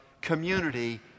community